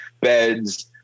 beds